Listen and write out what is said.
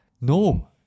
No